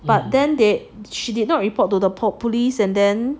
but then that she did not report to the report police and then